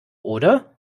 oder